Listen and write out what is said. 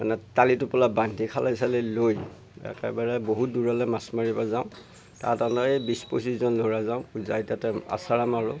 মানে টালি টোপোলা বান্ধি খালৈ চালৈ লৈ একেবাৰে বহুত দূৰলৈ মাছ মাৰিব যাওঁ তাত এনেই বিশ পঁচিশজন ল'ৰা যাওঁ যাই তাতে আছাৰা মাৰোঁ